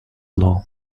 law